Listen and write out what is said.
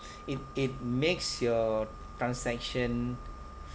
it it makes your transaction